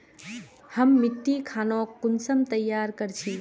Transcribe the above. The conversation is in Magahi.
हम मिट्टी खानोक कुंसम तैयार कर छी?